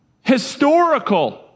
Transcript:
historical